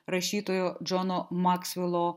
rašytojo džono maksvelo